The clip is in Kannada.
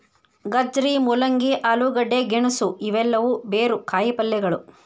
ಗಜ್ಜರಿ, ಮೂಲಂಗಿ, ಆಲೂಗಡ್ಡೆ, ಗೆಣಸು ಇವೆಲ್ಲವೂ ಬೇರು ಕಾಯಿಪಲ್ಯಗಳು